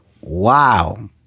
wow